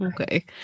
okay